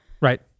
Right